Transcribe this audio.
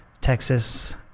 Texas